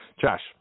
Josh